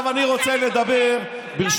נתניהו ראש